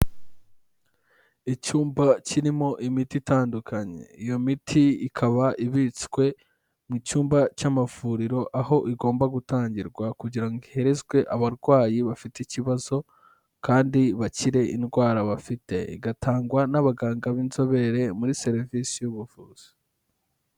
Icyumba kirimo imiti itandukanye, iyo miti ikaba ibitswe mu cyumba cy'amavuriro aho igomba gutangirwa, kugira ngo iherezwe abarwayi bafite ikibazo kandi bakire indwara bafite, igatangwa n'abaganga b'inzobere muri serivisi y'ubuvuzi.